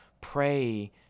pray